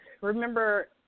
remember